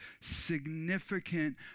significant